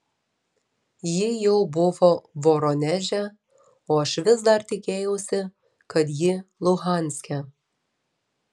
ji jau buvo voroneže o aš vis dar tikėjausi kad ji luhanske